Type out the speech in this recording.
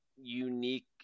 unique